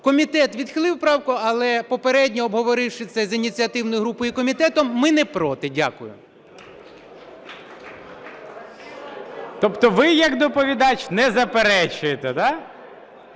комітет відхилив правку, але попередньо обговоривши це з ініціативною групою комітету, ми не проти. Дякую. ГОЛОВУЮЧИЙ. Тобто ви як доповідач не заперечуєте. Я